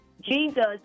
Jesus